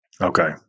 Okay